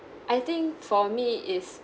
I think for me is